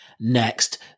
next